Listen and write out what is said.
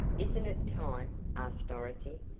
isn't it time? asked dorothy,